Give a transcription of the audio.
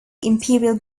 imperial